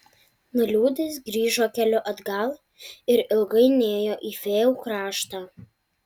nuliūdęs grįžo keliu atgal ir ilgai nėjo į fėjų kraštą